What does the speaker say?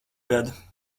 gadu